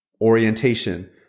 orientation